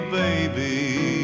baby